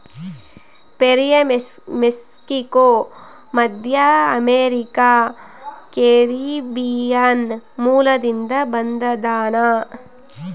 ಪೇರಲ ಮೆಕ್ಸಿಕೋ, ಮಧ್ಯಅಮೇರಿಕಾ, ಕೆರೀಬಿಯನ್ ಮೂಲದಿಂದ ಬಂದದನಾ